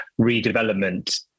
redevelopment